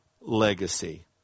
legacy